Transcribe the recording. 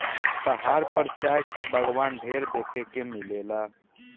पहाड़ पर चाय के बगावान ढेर देखे के मिलेला